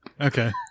Okay